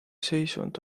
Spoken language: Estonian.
seisund